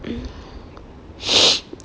mm